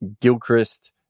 Gilchrist